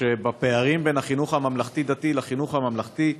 הפערים בין החינוך הממלכתי-דתי לחינוך הממלכתי: